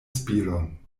spiron